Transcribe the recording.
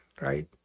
right